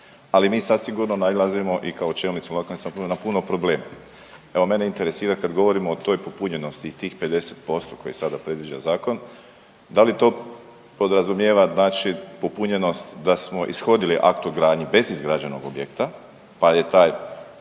Ali, mi zasigurno nailazimo i kao čelnici lokalnih samouprava na puno problema. Evo, mene interesira, kad govorimo o toj popunjenosti i tih 50% koje sada predviđa Zakon, da li to podrazumijeva znači popunjenost da smo ishodili akt o gradnji bez izgrađenog objekta pa je taj